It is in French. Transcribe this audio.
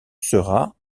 sera